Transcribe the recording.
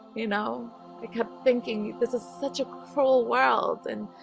you know i kept thinking this is such a cruel world and?